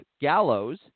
Gallows